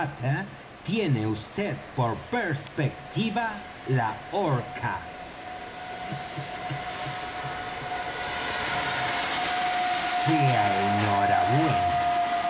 tiene vd por perspectiva la horca sea enhorabuena